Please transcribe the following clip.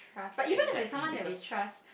exactly because